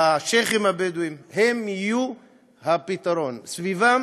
השיח'ים הבדואים הם יהיו הפתרון, סביבם